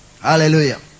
Hallelujah